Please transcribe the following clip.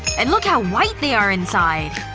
and look how white they are inside.